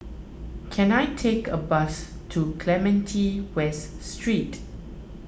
can I take a bus to Clementi West Street